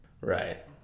Right